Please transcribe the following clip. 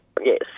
Yes